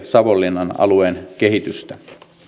savonlinnan alueen kehitystä